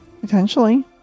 Potentially